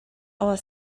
our